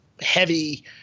heavy